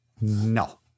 No